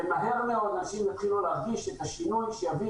ומהר מאוד נוסעים יתחילו להרגיש את השינוי שיביא